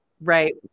right